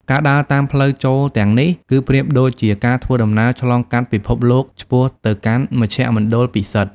ការដើរតាមផ្លូវចូលទាំងនេះ គឺប្រៀបដូចជាការធ្វើដំណើរឆ្លងកាត់ពិភពលោកឆ្ពោះទៅកាន់មជ្ឈមណ្ឌលពិសិដ្ឋ។